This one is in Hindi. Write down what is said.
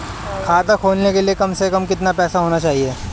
खाता खोलने के लिए कम से कम कितना पैसा होना चाहिए?